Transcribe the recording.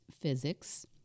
physics